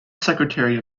secretary